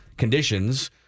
Conditions